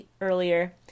earlier